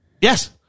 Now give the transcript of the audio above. Yes